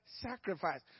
sacrifice